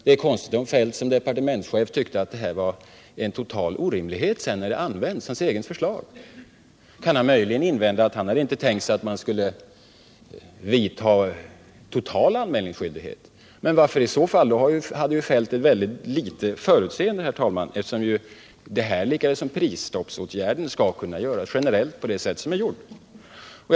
Det vore konstigt om Kjell-Olof Feldt som departementschef tyckte att det här var en total orimlighet att använda hans eget förslag. Han kan möjligen invända att han inte hade tänkt sig att han skulle införa total anmälningsskyldighet. I så fall hade herr Feldt ett ringa förutseende, herr talman, eftersom ju detta lika väl som prisstoppsåtgärder skulle kunna göras generellt på det sätt som blivit gjort.